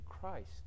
Christ